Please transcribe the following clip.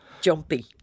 Jumpy